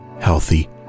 healthy